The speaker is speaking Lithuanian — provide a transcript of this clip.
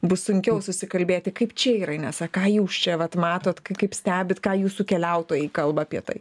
bus sunkiau susikalbėti kaip čia yra inesa ką jūs čia vat matot kaip stebit ką jūsų keliautojai kalba apie tai